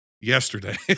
yesterday